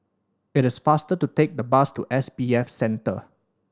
it is faster to take the bus to S B F Center